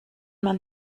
man